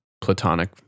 platonic